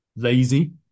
lazy